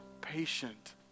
patient